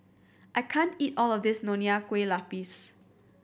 I can't eat all of this Nonya Kueh Lapis